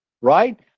right